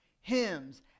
hymns